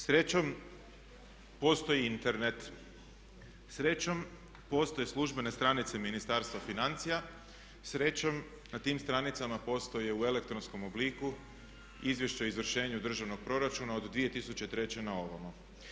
Srećom postoji Internet, srećom postoje službene stranice Ministarstva financija, srećom na tim stranicama postoje u elektronskom obliku Izvješće o izvršenju državnog proračuna od 2003. na ovamo.